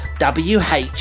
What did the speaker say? WH